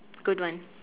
good one